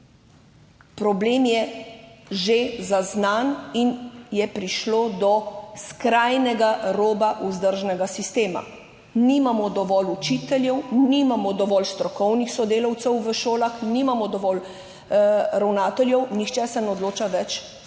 problem je že zaznan in je prišlo do skrajnega roba vzdržnega sistema. Nimamo dovolj učiteljev, nimamo dovolj strokovnih sodelavcev v šolah, nimamo dovolj ravnateljev, nihče se ne odloča več, skoraj